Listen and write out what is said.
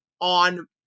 on